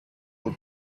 will